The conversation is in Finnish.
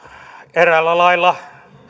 eräällä lailla